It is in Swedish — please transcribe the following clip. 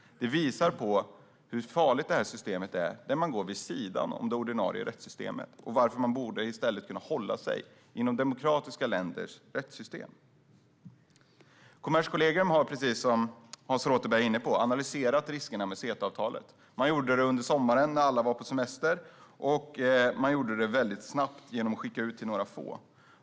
Detta visar hur farligt det blir när man går vid sidan av det ordinarie rättssystemet. Det visar också varför man i stället borde kunna hålla sig inom demokratiska länders rättssystem. Kommerskollegium har, precis som Hans Rothenberg var inne på, analyserat riskerna med CETA-avtalet. Man gjorde det under sommaren, när alla var på semester, och man gjorde det väldigt snabbt, genom att skicka ut till några få.